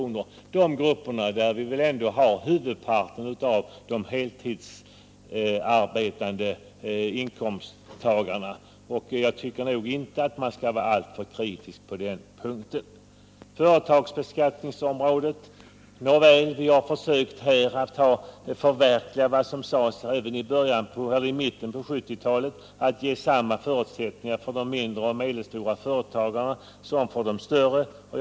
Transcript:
Till de grupperna hör ändå huvudparten av de heltidsarbetande inkomsttagarna. Jag anser inte att man kan vara alltför kritisk på den punkten. På företagsbeskattningsområdet har vi försökt förverkliga vad som sades i mitten av 1970-talet, nämligen att ge de mindre och medelstora företagarna samma förutsättningar som de större.